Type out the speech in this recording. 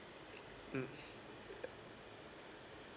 mm